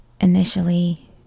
Initially